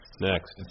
Next